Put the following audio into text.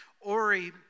Ori